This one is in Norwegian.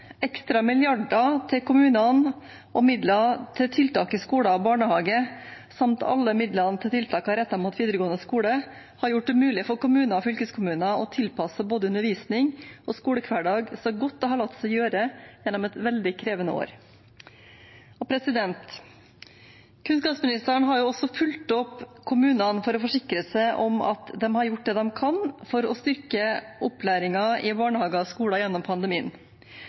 Ekstra milliarder til kommunene og midler til tiltak i skole og barnehage, samt alle midlene til tiltakene rettet mot videregående skole, har gjort det mulig for kommuner og fylkeskommuner å tilpasse både undervisning og skolehverdag så godt det har latt seg gjøre gjennom et veldig krevende år. Kunnskapsministeren har også fulgt opp kommunene for å forsikre seg om at de har gjort det de kan for å styrke opplæringen i barnehager og skoler gjennom pandemien.